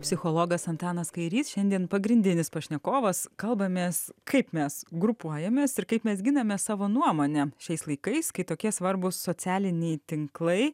psichologas antanas kairys šiandien pagrindinis pašnekovas kalbamės kaip mes grupuojamės ir kaip mes giname savo nuomonę šiais laikais kai tokie svarbūs socialiniai tinklai